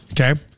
Okay